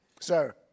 Sir